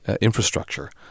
infrastructure